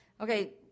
okay